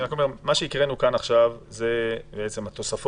מה שהקראנו כאן עכשיו זה התוספות.